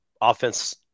offense